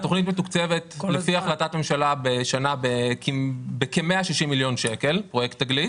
התכנית מתוקצבת לפי החלטת ממשלה בכ-160 מיליון שקלים בשנה.